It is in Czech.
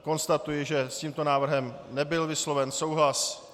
Konstatuji, že s tímto návrhem nebyl vysloven souhlas.